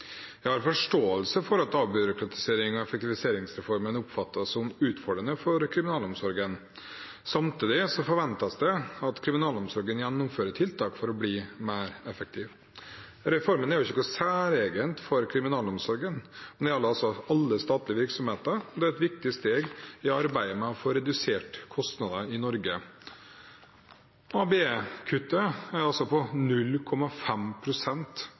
Jeg har forståelse for at avbyråkratiserings- og effektiviseringsreformen oppfattes som utfordrende for kriminalomsorgen. Samtidig forventes det at kriminalomsorgen gjennomfører tiltak for å bli mer effektiv. Reformen er ikke noe særegent for kriminalomsorgen, men gjelder alle statlige virksomheter. Det er et viktig steg i arbeidet med å få redusert kostnadene i Norge. ABE-kuttet er 0,5 pst. av budsjettet til den enkelte etaten. KDI, Kriminalomsorgsdirektoratet, hadde i 2013 et budsjett på